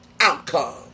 outcome